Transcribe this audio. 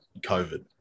COVID